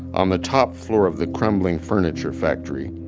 on the top floor of the crumbling furniture factory.